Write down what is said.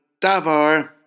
Davar